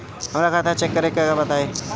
हमरा खाता चेक करे के बा बताई?